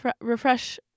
refresh